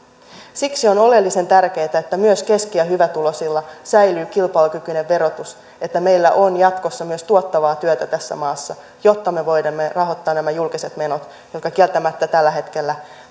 siksi on oleellisen tärkeätä että myös keski ja hyvätuloisilla säilyy kilpailukykyinen verotus että meillä on jatkossa myös tuottavaa työtä tässä maassa jotta me voimme rahoittaa nämä julkiset menot jotka kieltämättä tällä hetkellä